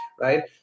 right